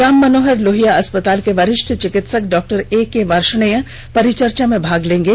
राम मनोहर लोहिया अस्पताल के वरिष्ठ चिकित्सक डॉ एके वार्ष्णेय परिचर्चा में भाग लेंगे